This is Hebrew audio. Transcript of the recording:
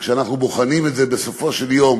משום שכשאנחנו בוחנים את זה, בסופו של יום